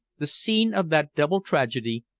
the scene of that double tragedy,